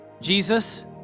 Jesus